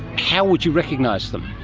how would you recognise them?